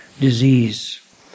disease